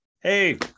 hey